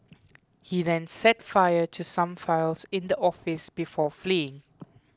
he then set fire to some files in the office before fleeing